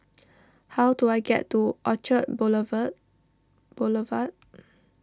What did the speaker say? how do I get to Orchard Boulevard